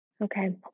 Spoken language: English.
Okay